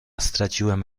straciłem